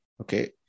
Okay